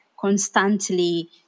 constantly